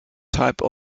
type